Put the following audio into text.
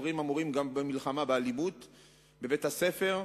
הדברים אמורים גם במלחמה באלימות בבית-הספר,